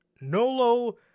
Nolo